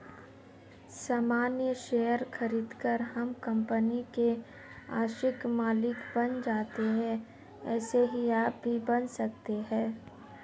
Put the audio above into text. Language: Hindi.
सामान्य शेयर खरीदकर हम कंपनी के आंशिक मालिक बन जाते है ऐसे ही आप भी बन सकते है